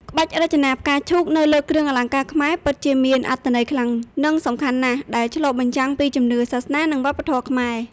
ក្បាច់រចនាផ្កាឈូកនៅលើគ្រឿងអលង្ការខ្មែរពិតជាមានអត្ថន័យខ្លាំង និងសំខាន់ណាស់ ដែលឆ្លុះបញ្ចាំងពីជំនឿ សាសនា និងវប្បធម៌ខ្មែរ។